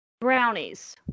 brownies